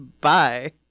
Bye